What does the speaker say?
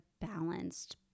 balanced